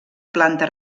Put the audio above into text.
planta